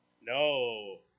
No